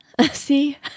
see